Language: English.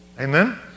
Amen